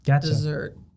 dessert